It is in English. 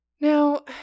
Now